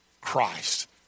Christ